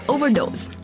Overdose